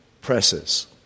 presses